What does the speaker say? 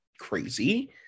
crazy